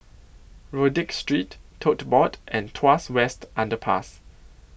Rodyk Street Tote Board and Tuas West Underpass